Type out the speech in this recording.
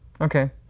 Okay